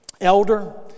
elder